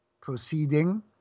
proceeding